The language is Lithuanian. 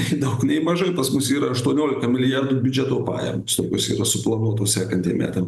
nei daug nei mažai pas mus yra aštuoniolika milijardų biudžeto pajamos tokios yra suplanuotos sekantiem metam